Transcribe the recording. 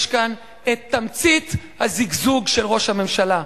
יש כאן תמצית הזיגזוג של ראש הממשלה,